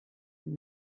and